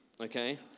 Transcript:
okay